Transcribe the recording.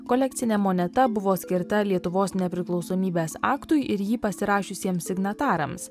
kolekcinė moneta buvo skirta lietuvos nepriklausomybės aktui ir jį pasirašiusiems signatarams